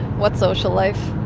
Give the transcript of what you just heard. what social life?